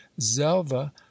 zelva